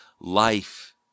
life